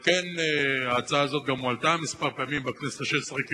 על כן ההצעה הזו גם הועלתה כמה פעמים בכנסת השש-עשרה,